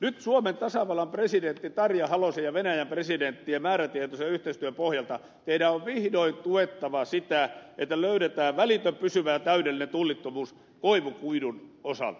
nyt suomen tasavallan presidentin tarja halosen ja venäjän presidenttien määrätietoisen yhteistyön pohjalta teidän on vihdoin tuettava sitä että löydetään välitön pysyvä ja täydellinen tullittomuus koivukuidun osalta